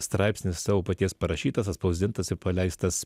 straipsnis savo paties parašytas atspausdintas ir paleistas